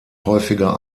häufiger